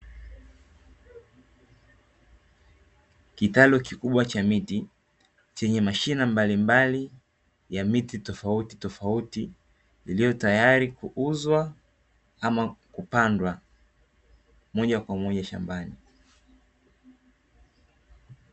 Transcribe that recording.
Kitalu kikubwa cha miti chenye mashina mbalimbali ya miti tofauti tofauti, iliyotayari kukuzwa ama kupandwa moja kwa moja shambani.